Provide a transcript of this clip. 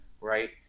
right